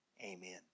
Amen